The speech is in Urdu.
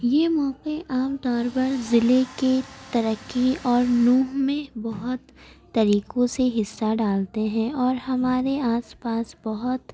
یہ موقعے عام طور پر ضلع کی ترقی اور نوح میں بہت طریقوں سے حصہ ڈالتے ہیں اور ہمارے آس پاس بہت